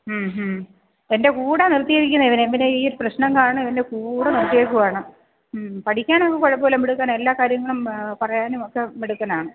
ഉം ഉം എൻ്റെ കൂടെയാണ് നിര്ത്തിയിരിക്കുന്നത് ഇവനെ പിന്നെ ഈ പ്രശ്നം കാരണം എൻ്റെ കൂടെ നിര്ത്തിയിരിക്കുകയാണ് ഉം പഠിക്കാനൊക്കെ കുഴപ്പമില്ല മിടുക്കനാണ് എല്ലാ കാര്യങ്ങളും പറയാനുമൊക്കെ മിടുക്കനാണ്